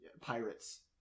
pirates